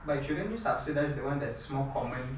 but shouldn't you subsidise the one that's more common